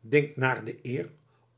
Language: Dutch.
dingt naar de eer